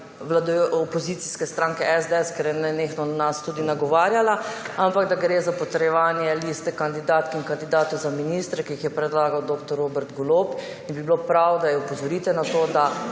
vladi opozicijske stranke SDS, ker je nenehno nas nagovarjala, ampak gre za potrjevanje liste kandidatk in kandidatov za ministre, ki jih je predlagal dr. Robert Golob. Bilo bi prav, da jo opozorite na to. To